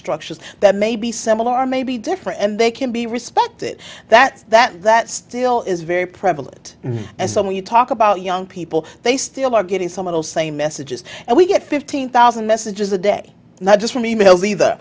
structures that may be similar or may be different and they can be respected that that that still is very prevalent and some when you talk about young people they still are getting some of those same messages and we get fifteen thousand messages a day not just from e mail either